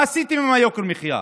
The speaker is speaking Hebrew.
מה עשיתם עם יוקר המחיה?